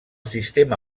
sistema